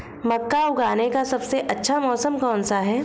मक्का उगाने का सबसे अच्छा मौसम कौनसा है?